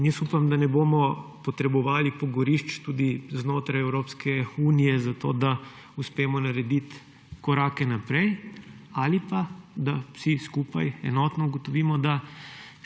in jaz upam, da ne bomo potrebovali pogorišč tudi znotraj Evropske unije, zato da uspemo narediti korake naprej ali pa da vsi skupaj enotno ugotovimo, da